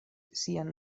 sian